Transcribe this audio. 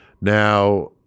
Now